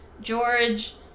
George